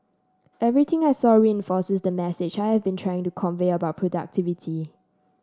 everything I saw reinforces the message I have been trying to convey about productivity